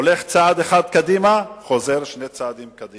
הולך צעד אחד קדימה, חוזר שני צעדים אחורה.